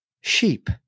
sheep